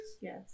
yes